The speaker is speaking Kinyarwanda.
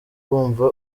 wumva